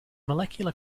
molecular